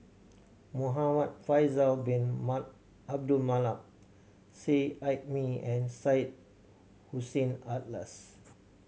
Muhamad Faisal Bin Abdul Manap Seet Ai Mee and Syed Hussein Alatas